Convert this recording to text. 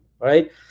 right